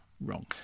wrong